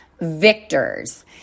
victors